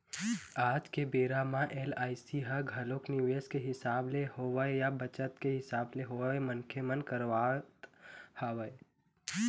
आज के बेरा म एल.आई.सी ह घलोक निवेस के हिसाब ले होवय या बचत के हिसाब ले होवय मनखे मन करवात हवँय